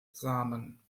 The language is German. samen